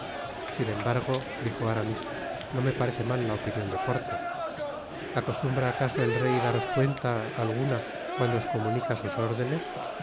sin embargo dijo aramis no me parece mal h opinion de porthos acostumbra acaso el rey daros cuenta alguna cuando os comunica sns órdenes